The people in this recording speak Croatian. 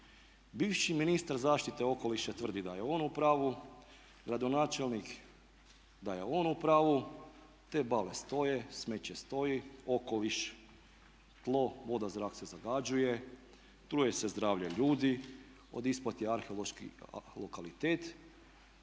Bivši ministar zaštite okoliša tvrdi da je on u pravu, gradonačelnik da je on u pravu. Te bale stoje, smeće stoji, okoliš, tlo, voda, zrak se zagađuje, truje se zdravlje ljudi, od ispod je arheološki lokalitet.